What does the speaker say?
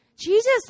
Jesus